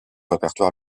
répertoire